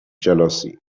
jealousy